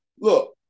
Look